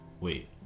wait